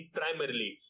primarily